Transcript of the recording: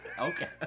Okay